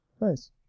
Nice